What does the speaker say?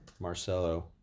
Marcelo